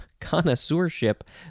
Connoisseurship